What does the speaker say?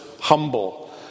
humble